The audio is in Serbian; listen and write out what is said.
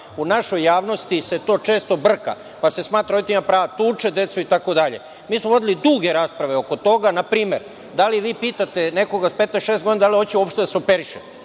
U našoj javnosti se to često brka, pa se smatra da roditelj ima prava da tuče decu, itd. Mi smo vodili duge rasprave oko toga. Na primer, da li vi pitate nekoga sa 15 ili 16 godina, da li hoće uopšte da se operiše?